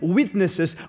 witnesses